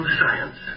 science